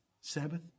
Sabbath